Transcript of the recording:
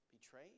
Betrayed